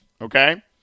okay